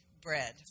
bread